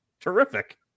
Terrific